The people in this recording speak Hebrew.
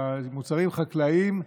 במוצרים חקלאיים,